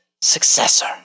successor